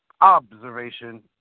observation